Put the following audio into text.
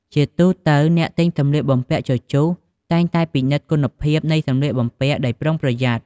ជាទូទៅ អ្នកទិញសម្លៀកបំពាក់ជជុះតែងតែពិនិត្យគុណភាពនៃសម្លៀកបំពាក់ដោយប្រុងប្រយ័ត្ន។